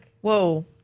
Whoa